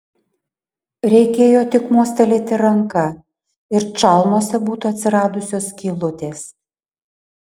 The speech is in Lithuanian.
reikėjo tik mostelėti ranka ir čalmose būtų atsiradusios skylutės